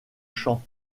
champ